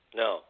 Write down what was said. no